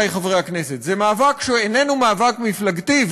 עמיתי חברי הכנסת: זה מאבק שאיננו מאבק מפלגתי,